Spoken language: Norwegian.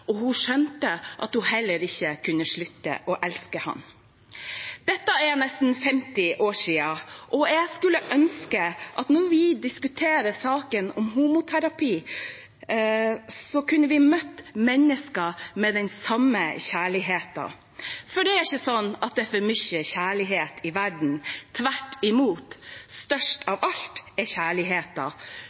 og hun skjønte at hun heller ikke kunne slutte å elske ham. Dette er nesten 50 år siden, og jeg skulle ønske at vi når vi diskuterer saken om homoterapi, kunne møtt mennesker med den samme kjærligheten. For det er ikke sånn at det er for mye kjærlighet i verden, tvert imot. Og størst av alt er